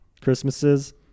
Christmases